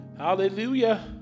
Hallelujah